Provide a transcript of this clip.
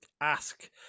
ask